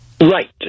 Right